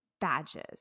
badges